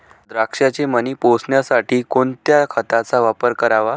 द्राक्षाचे मणी पोसण्यासाठी कोणत्या खताचा वापर करावा?